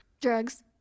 Drugs